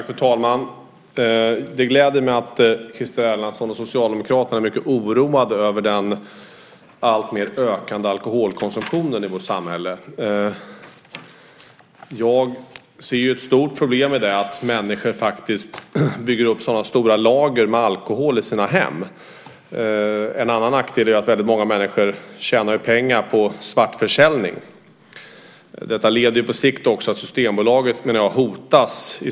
Fru talman! Det gläder mig att Christer Erlandsson och Socialdemokraterna är mycket oroade över den alltmer ökande alkoholkonsumtionen i vårt samhälle. Jag ser ett stort problem i att människor bygger upp så stora lager med alkohol i sina hem. En annan nackdel är att väldigt många människor tjänar pengar på svartförsäljning. Detta leder på sikt, menar jag, till att Systembolaget i grunden hotas.